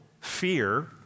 fear